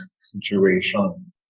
situation